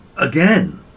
again